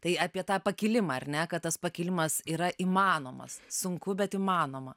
tai apie tą pakilimą ar ne kad tas pakilimas yra įmanomas sunku bet įmanoma